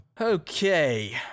Okay